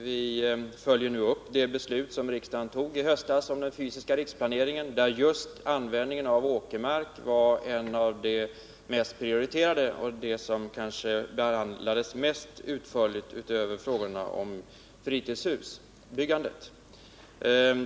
Vi följer nu upp det beslut som riksdagen fattade i höstas om den fysiska riksplaneringen, där just användningen av åkermark var en av de mest prioriterade frågorna och den som kanske behandlades mest utförligt utöver frågorna om fritidshusbyggandet.